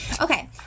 Okay